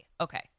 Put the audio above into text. okay